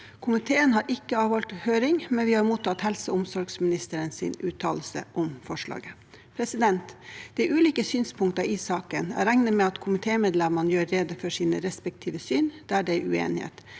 Komiteen har ikke avholdt høring, men vi har mottatt helse- og omsorgsministerens uttalelse om forslaget. Det er ulike synspunkter i saken. Jeg regner med at komitémedlemmene gjør rede for sine respektive syn der det er uenighet.